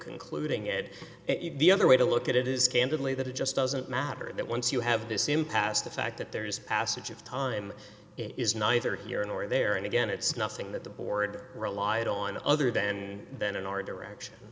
concluding it the other way to look at it is candidly that it just doesn't matter that once you have this impasse the fact that there is assets of time is neither here nor there and again it's nothing that the board relied on other than that in our direction